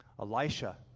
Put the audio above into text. Elisha